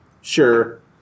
Sure